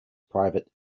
private